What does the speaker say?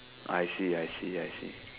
I see I see I see